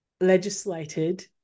legislated